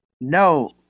no